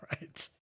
right